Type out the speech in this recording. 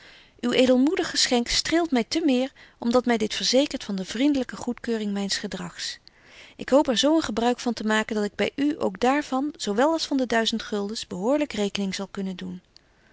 edelmoedig geschenk streelt my te meer om dat my dit verzekert van de vriendelyke goedkeuring myns gedrags ik hoop er zo een gebruik van te maken dat ik u ook daar van zo wel als van de duizend guldens behoorlyk rekening zal kunnen doen